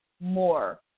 more